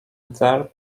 there